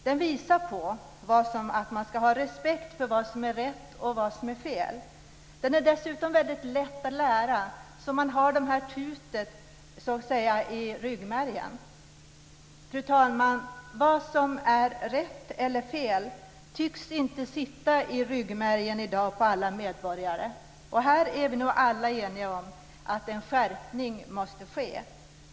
Den visar att man ska respekt för vad som är rätt och vad som är fel. Den är dessutom väldigt lätt att lära. Man har de här tuten så att säga i ryggmärgen. Fru talman! Vad som är rätt eller fel tycks inte sitta i ryggmärgen i dag på alla medborgare. Vi är nog alla eniga om att en skärpning måste ske.